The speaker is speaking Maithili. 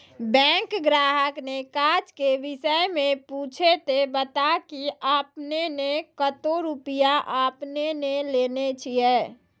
बैंक ग्राहक ने काज के विषय मे पुछे ते बता की आपने ने कतो रुपिया आपने ने लेने छिए?